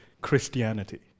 Christianity